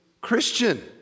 Christian